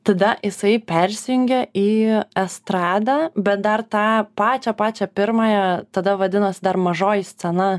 tada jisai persijungė į estradą bet dar tą pačią pačią pirmąją tada vadinos dar mažoji scena